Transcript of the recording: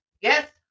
Yes